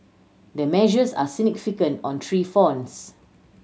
the measures are significant on three fronts